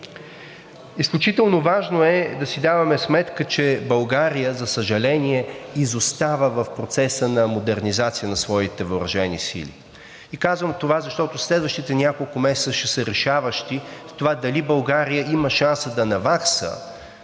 Изключително важно е да си даваме сметка, че България, за съжаление, изостава в процеса на модернизация на своите въоръжени сили. И казвам това, защото следващите няколко месеца ще са решаващи в това дали България има шанс да навакса